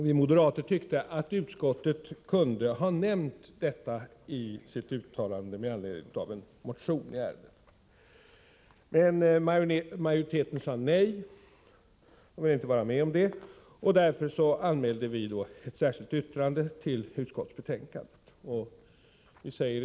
Vi moderater tyckte att utskottet kunde ha nämnt detta i sitt uttalande med anledning av en motion i ärendet. Utskottsmajoriteten sade emellertid nej — man vill inte vara med om det. Därför anmälde vi ett särskilt yttrande som fogats till utskottsbetänkandet.